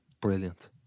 brilliant